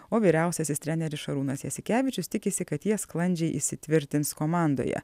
o vyriausiasis treneris šarūnas jasikevičius tikisi kad jie sklandžiai įsitvirtins komandoje